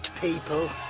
people